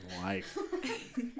life